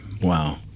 Wow